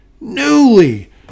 newly